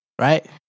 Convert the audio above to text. right